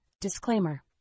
Disclaimer